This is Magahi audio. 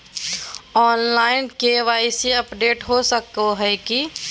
ऑनलाइन के.वाई.सी अपडेट हो सको है की?